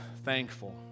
thankful